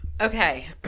Okay